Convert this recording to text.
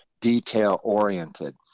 detail-oriented